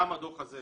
גם הדו"ח הזה,